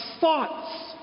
thoughts